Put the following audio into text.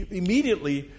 immediately